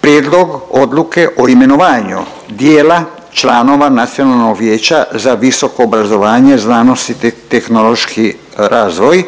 Prijedlog odluke o imenovanju dijela članova Nacionalnog vijeća za visoko obrazovanje, znanost i tehnološki razvoj